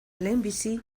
lehenbizi